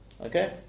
Okay